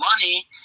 money